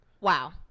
Wow